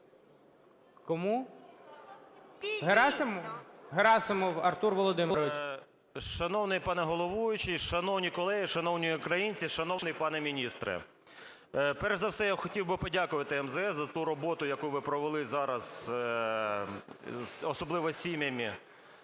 Герасимов Артур Володимирович. 11:13:14 ГЕРАСИМОВ А.В. Шановний пане головуючий, шановні колеги, шановні українці, шановний пане міністре. Перш за все я хотів би подякувати МЗС за ту роботу, яку ви провели зараз, особливо з сім'ями